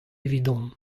evidon